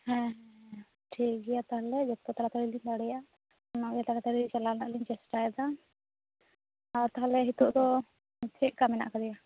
ᱦᱮᱸ ᱦᱮᱸ ᱴᱷᱤᱠ ᱜᱮᱭᱟ ᱛᱟᱦᱚᱞᱮ ᱡᱚᱛᱚ ᱛᱟᱲᱟᱛᱟᱹᱲᱤ ᱞᱤᱧ ᱫᱟᱲᱮᱭᱟᱜᱼᱟ ᱩᱱᱟᱹᱜ ᱜᱮ ᱛᱟᱲᱟ ᱛᱟᱲᱤ ᱪᱟᱞᱟᱜ ᱨᱮᱭᱟᱜ ᱞᱤᱧ ᱪᱮᱥᱴᱟᱭᱮᱫᱟ ᱟᱨ ᱛᱟᱦᱚᱞᱮ ᱱᱤᱛᱳᱜ ᱫᱚ ᱪᱮᱫ ᱞᱮᱠᱟ ᱢᱮᱱᱟᱜ ᱟᱠᱟᱫᱮᱭᱟ